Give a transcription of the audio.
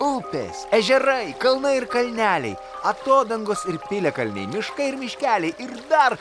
upės ežerai kalnai ir kalneliai atodangos ir piliakalniai miškai ir miškeliai ir dar